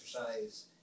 exercise